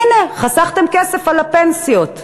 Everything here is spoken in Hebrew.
הנה, חסכתם כסף על הפנסיות.